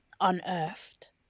unearthed